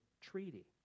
Treaty